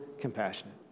compassionate